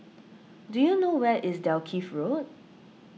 do you know where is Dalkeith Road